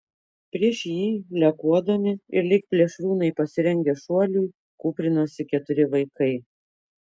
prieš jį lekuodami ir lyg plėšrūnai pasirengę šuoliui kūprinosi keturi vaikai